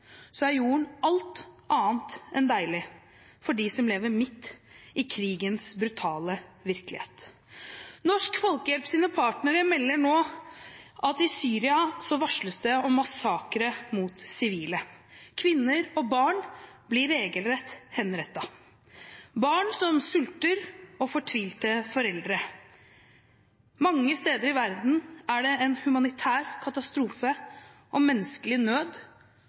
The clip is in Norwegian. er jorden alt annet enn deilig for dem som lever midt i krigens brutale virkelighet. Norsk Folkehjelps partnere melder nå at i Syria varsles det om massakre mot sivile – kvinner og barn blir regelrett henrettet – om barn som sulter, og fortvilte foreldre. Mange steder i verden er det en humanitær katastrofe og menneskelig nød